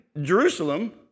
Jerusalem